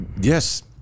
yes